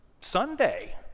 Sunday